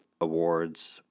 awards